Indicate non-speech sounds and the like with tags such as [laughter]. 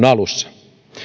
[unintelligible] alussa